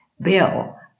bill